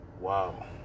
Wow